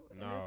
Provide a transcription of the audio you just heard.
No